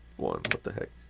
one, what the heck.